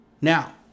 Now